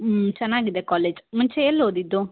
ಹ್ಞೂ ಚೆನಾಗಿದೆ ಕಾಲೇಜ್ ಮುಂಚೆ ಎಲ್ಲಿ ಓದಿದ್ದು